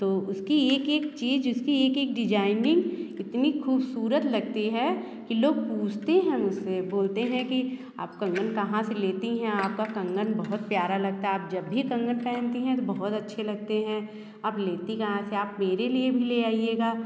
तो उसकी एक एक चीज़ उसकी एक एक डिज़ाइनींग इतनी खूबसूरत लगती है की लोग पूछते हैं मुझे से बोलते है कि आप कंगन कहाँ से लेती हैं आपका कंगन बहुत प्यारा लगता है आप जब भी कंगन पहनती है तो बहुतअच्छे लगते हैं आप लेती कहाँ से है आप मेरे लिए भी ले आइएगा